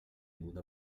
una